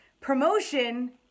promotion